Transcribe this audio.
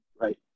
Right